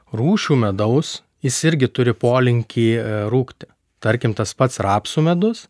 rūšių medaus jis irgi turi polinkį rūgti tarkim tas pats rapsų medus